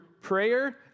prayer